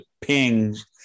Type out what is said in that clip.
pings